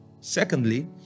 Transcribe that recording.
Secondly